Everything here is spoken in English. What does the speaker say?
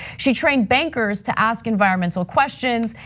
she trained bankers to ask environmental questions,